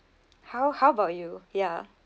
how how about you ya